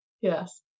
Yes